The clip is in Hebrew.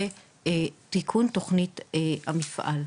בתיקון תכנית המפעל.